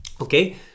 Okay